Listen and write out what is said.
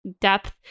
depth